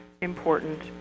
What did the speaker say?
important